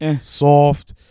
Soft